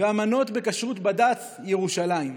והמנות בכשרות בד"ץ ירושלים.